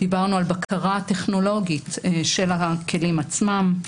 דיברנו על בקרה טכנולוגית של הכלים עצמם.